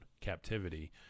captivity